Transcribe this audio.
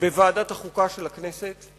בוועדת החוקה של הכנסת.